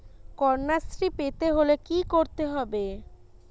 কন্যাশ্রী পেতে হলে কি করতে হবে?